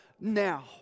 now